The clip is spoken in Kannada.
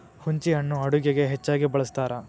ಹುಂಚಿಹಣ್ಣು ಅಡುಗೆಗೆ ಹೆಚ್ಚಾಗಿ ಬಳ್ಸತಾರ